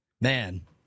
Man